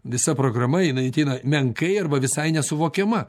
visa programa jinai ateina menkai arba visai nesuvokiama